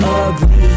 ugly